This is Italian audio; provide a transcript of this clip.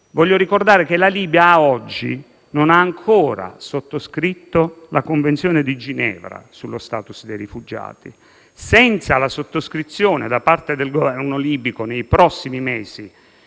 voglio ricordare che la Libia ad oggi non ha ancora sottoscritto la Convenzione di Ginevra sullo *status* dei rifugiati. Senza la sottoscrizione di quella Convenzione da parte del Governo libico nei prossimi mesi,